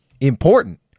important